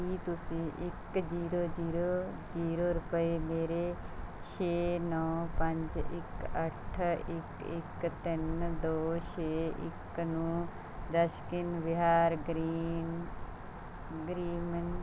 ਕੀ ਤੁਸੀਂ ਇੱਕ zero zero zero ਰੁਪਏ ਮੇਰੇ ਛੇ ਨੌ ਪੰਜ ਇੱਕ ਅੱਠ ਇੱਕ ਇੱਕ ਤਿੰਨ ਦੋ ਛੇ ਇੱਕ ਨੂੰ ਦਸ਼ਕੀਨ ਬਿਹਾਰ ਗ੍ਰੀਨ ਗ੍ਰੀਮੀਨ